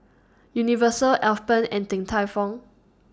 Universal Alpen and Din Tai Fung